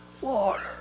water